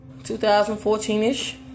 2014-ish